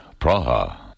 Praha